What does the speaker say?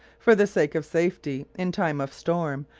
for the sake of safety in time of storm,